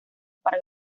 para